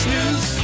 News